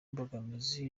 mbogamizi